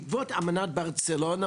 בעקבות אמנת ברצלונה,